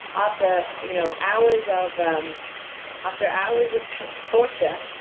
after you know hours of um after hours of torture,